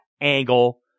angle